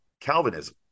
Calvinism